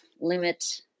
Limit